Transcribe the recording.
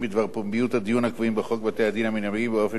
הדיון הקבועים בחוק בתי-הדין המינהליים באופן מיידי ומלא.